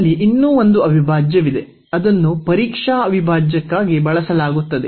ನಮ್ಮಲ್ಲಿ ಇನ್ನೂ ಒಂದು ಅವಿಭಾಜ್ಯವಿದೆ ಅದನ್ನು ಮಾದರಿ ಅವಿಭಾಜ್ಯಕ್ಕಾಗಿ ಬಳಸಲಾಗುತ್ತದೆ